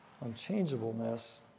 unchangeableness